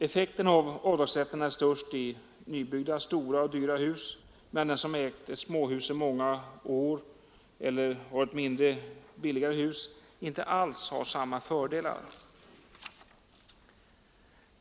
Effekten av avdragsrätten är störst i nybyggda stora och dyra hus, medan den som ägt ett småhus i många år eller har ett mindre, billigare hus inte alls har samma fördelar.